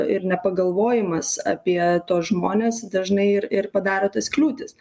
ir nepagalvojimas apie tuos žmones dažnai ir ir padaro tas kliūtis